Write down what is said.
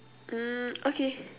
mm okay